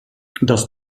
das